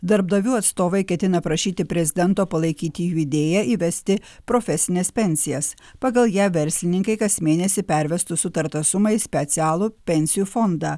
darbdavių atstovai ketina prašyti prezidento palaikyti jų idėją įvesti profesines pensijas pagal ją verslininkai kas mėnesį pervestų sutartą sumą į specialų pensijų fondą